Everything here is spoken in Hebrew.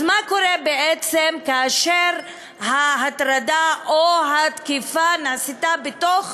אז מה קורה בעצם כאשר ההטרדה או התקיפה נעשות בתוך